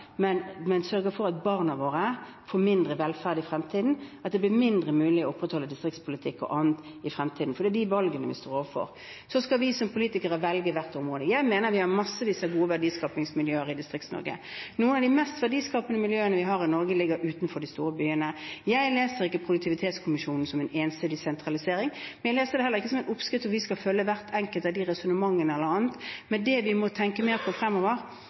men sørger for at barna våre får mindre velferd i fremtiden, at det blir færre muligheter til å opprettholde distriktspolitikk og annet i fremtiden, for det er de valgene vi står overfor. Så skal vi som politikere velge hvert område. Jeg mener vi har massevis av gode verdiskapingsmiljøer i Distrikts-Norge. Noen av de mest verdiskapende miljøene vi har i Norge, ligger utenfor de store byene. Jeg leser ikke Produktivitetskommisjonens rapport som en ensidig sentralisering, men jeg leser den heller ikke som en oppskrift der vi skal følge hvert enkelt av resonnementene. Det vi må tenke mer på fremover,